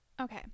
okay